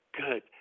good